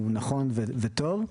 הוא נכון וטוב.